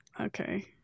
okay